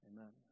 Amen